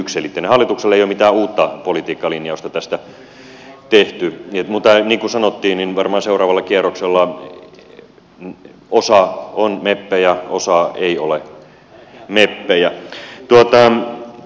hallituksella ei ole mitään uutta politiikkalinjausta tästä tehtynä mutta niin kuin sanottiin varmaan seuraavalla kierroksella osa on meppejä osa ei ole meppejä